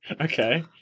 okay